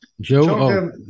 Joe